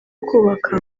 kubaka